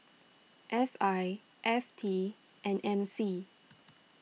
F I F T and M C